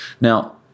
Now